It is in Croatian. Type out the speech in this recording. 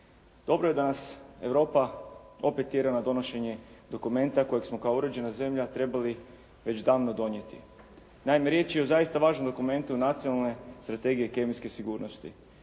Dobro je da nas Europa opet tjera na donošenje dokumenta kojeg smo kao uređena zemlja trebali već davno donijeti. Naime, riječ je o zaista važnom dokumentu Nacionalne strategije kemijske sigurnosti.